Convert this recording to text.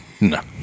No